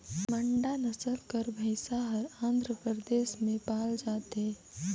मांडा नसल कर भंइस हर आंध्र परदेस में पाल जाथे